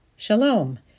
Shalom